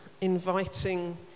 inviting